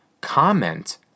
comment